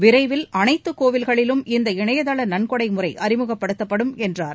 விரைவில் அனைத்து கோயில்களிலும் இந்த இணையதள நன்கொடை முறை அறிமுகப்படுத்தப்படும் என்றார்